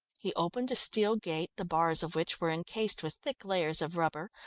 he opened a steel gate, the bars of which were encased with thick layers of rubber,